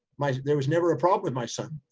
my, there was never a problem with my son.